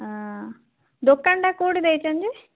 ହଁ ଦୋକାନଟା କେଉଁଠି ଦେଇଛନ୍ତି